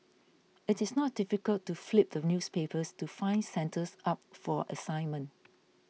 it is not difficult to flip the newspapers to find centres up for assignment